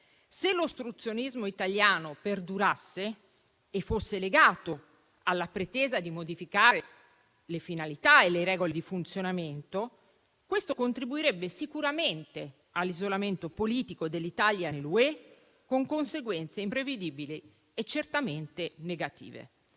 Se l'ostruzionismo italiano perdurasse e fosse legato alla pretesa di modificare le finalità e le regole di funzionamento, questo contribuirebbe sicuramente all'isolamento politico dell'Italia nell'Unione europea, con conseguenze imprevedibili e certamente negative.